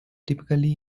typically